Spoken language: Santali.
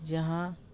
ᱡᱟᱦᱟᱸ